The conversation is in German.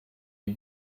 die